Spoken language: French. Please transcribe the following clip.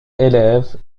élève